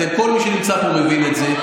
כל מי שנמצא פה מבין את זה.